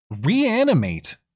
reanimate